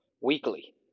weekly